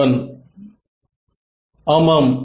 மாணவன் ஆமாம்